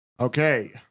Okay